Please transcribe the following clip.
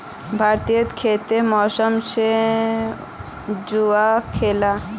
भारतीय खेती मौसम से जुआ खेलाह